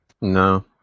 No